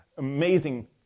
amazing